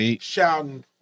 shouting